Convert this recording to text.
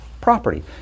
property